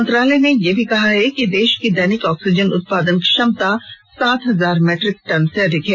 मंत्रालय ने यह भी कहा है कि देश की दैनिक ऑक्सीजन उत्पादन क्षमता सात हजार मीट्रिक टन से अधिक है